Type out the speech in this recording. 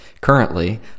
Currently